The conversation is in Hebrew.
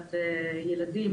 העסקת ילדים.